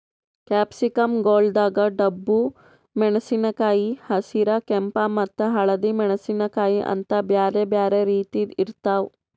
capsicum ಗೊಳ್ದಾಗ್ ಡಬ್ಬು ಮೆಣಸಿನಕಾಯಿ, ಹಸಿರ, ಕೆಂಪ ಮತ್ತ ಹಳದಿ ಮೆಣಸಿನಕಾಯಿ ಅಂತ್ ಬ್ಯಾರೆ ಬ್ಯಾರೆ ರೀತಿದ್ ಇರ್ತಾವ್